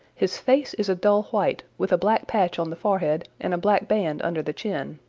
his face is a dull white with a black patch on the forehead and a black band under the chin.